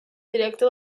directa